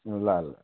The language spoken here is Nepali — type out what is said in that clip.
ल ल